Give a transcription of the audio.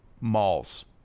Malls